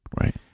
Right